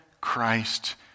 Christ